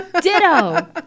Ditto